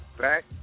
back